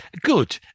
good